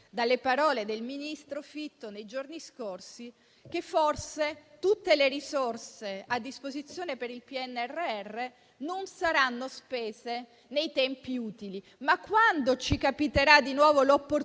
dalle parole del ministro Fitto nei giorni scorsi, che forse tutte le risorse a disposizione per il PNRR non saranno spese nei tempi utili. Quando ci capiterà di nuovo l'opportunità